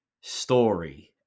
story